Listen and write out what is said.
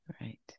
Right